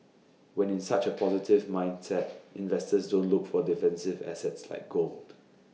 when in such A positive mindset investors don't look for defensive assets like gold